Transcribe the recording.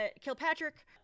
Kilpatrick